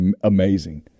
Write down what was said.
amazing